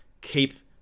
keep